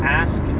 ask